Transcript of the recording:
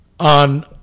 on